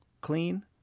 clean